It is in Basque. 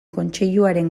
kontseiluaren